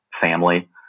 family